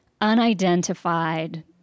unidentified